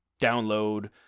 download